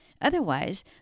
Otherwise